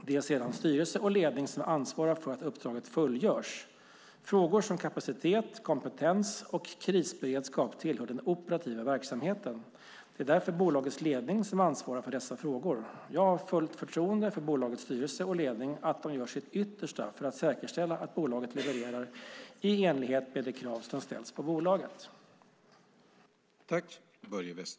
Det är sedan styrelse och ledning som ansvarar för att uppdraget fullgörs. Frågor som kapacitet, kompetens och krisberedskap tillhör den operativa verksamheten. Det är därför bolagets ledning som ansvarar för dessa frågor. Jag har förtroende för bolagets styrelse och ledning och att de gör sitt yttersta för att säkerställa att bolaget levererar i enlighet med de krav som ställs på bolaget.